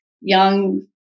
young